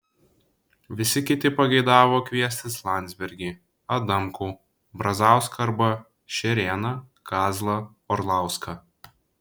visi kiti pageidavo kviestis landsbergį adamkų brazauską arba šerėną kazlą orlauską